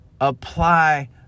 apply